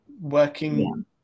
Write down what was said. working